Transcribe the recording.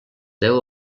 deu